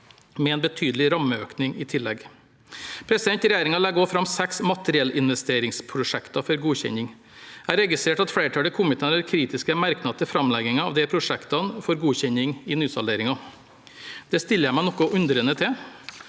med en betydelig rammeøkning i tillegg. Regjeringen legger også fram seks materiellinvesteringsprosjekter for godkjenning. Jeg har registrert at flertallet i komiteen har kritiske merknader til framleggingen av disse prosjektene for godkjenning i nysalderingen. Det stiller jeg meg noe undrende til.